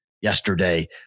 yesterday